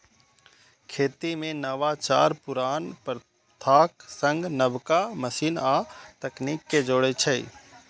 खेती मे नवाचार पुरान प्रथाक संग नबका मशीन आ तकनीक कें जोड़ै छै